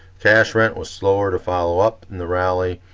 cash rent was slower to follow up in the rally,